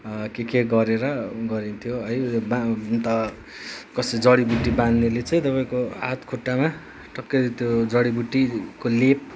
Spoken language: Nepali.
के के गरेर गरिन्थ्यो है त कसै जडीबुटी बाँध्नेले चाहिँ तपाईँको हातखुट्टामा टक्कै त्यो जडिबुटीको लेप